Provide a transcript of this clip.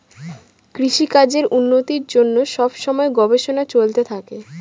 কৃষিকাজের উন্নতির জন্য সব সময় গবেষণা চলতে থাকে